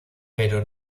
pero